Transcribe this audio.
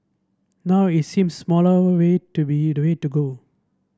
now it seems smaller way to be the way to go